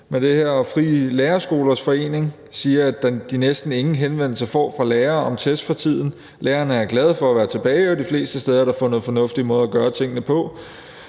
egentlig går. Frie Skolers Lærerforening siger, at de næsten ingen henvendelser får fra lærere om test for tiden. Lærerne er glade for at være tilbage, og de fleste steder er der fundet fornuftige måder at gøre tingene på.